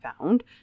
found